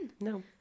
no